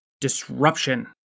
disruption